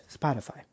Spotify